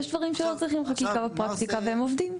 יש דברים שלא צריכים חקיקה בפרקטיקה והם עובדים.